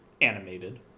animated